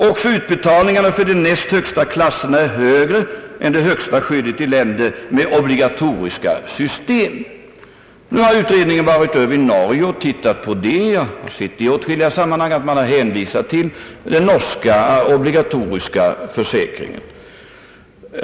Även utbetalningarna för de näst högsta klasserna är högre än det högsta skyddet i länder med obligatoriska system. Utredningen har varit över i Norge och tittat på förhållandena där. Jag har i olika sammanhang sett att man hänvisat till den norska obligatoriska försäkringen.